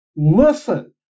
Listen